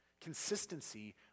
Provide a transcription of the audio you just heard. consistency